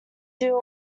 deal